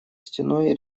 стеной